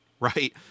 right